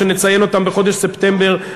שנציין אותם בחודש ספטמבר,